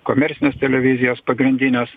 komercinės televizijos pagrindinės